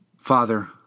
Father